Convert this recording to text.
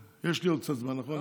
יש לי עוד קצת זמן, נכון?